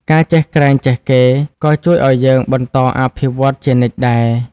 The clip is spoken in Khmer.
ការចេះក្រែងចេះគេ ក៏ជួយឲ្យយើង បន្តអភិវឌ្ឍខ្លួន ជានិច្ចដែរ។